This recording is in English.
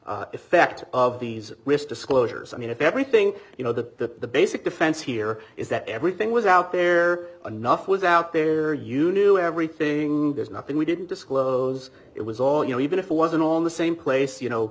the effect of these disclosures i mean if everything you know the basic defense here is that everything was out there enough was out there you knew everything there's nothing we didn't disclose it was all you know even if it wasn't on the same place you know